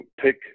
pick